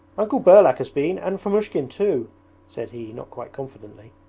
uncle burlak has been and fomushkin too said he, not quite confidently.